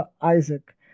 Isaac